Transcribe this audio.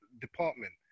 department